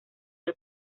del